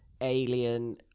alien